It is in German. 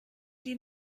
die